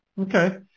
Okay